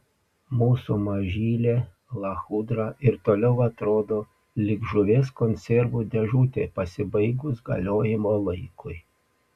mūsų mažylė lachudra ir toliau atrodo lyg žuvies konservų dėžutė pasibaigus galiojimo laikui